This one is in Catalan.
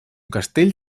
castell